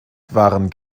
waren